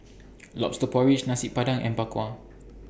Lobster Porridge Nasi Padang and Bak Kwa